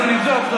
אנחנו נבדוק.